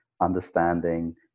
understanding